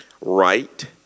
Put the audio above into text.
Right